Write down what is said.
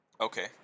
Okay